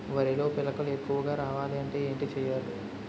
వరిలో పిలకలు ఎక్కువుగా రావాలి అంటే ఏంటి చేయాలి?